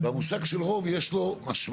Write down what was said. והמושג של רוב, יש לו משמעות.